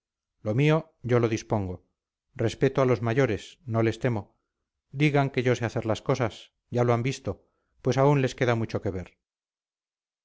lo mío yo lo dispongo respeto a los mayores no les temo digan que yo sé hacer las cosas ya lo han visto pues aún les queda mucho que ver